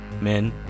Men